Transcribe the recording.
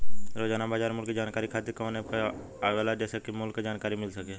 रोजाना बाजार मूल्य जानकारी खातीर कवन मोबाइल ऐप आवेला जेसे के मूल्य क जानकारी मिल सके?